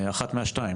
אחת מהשתיים,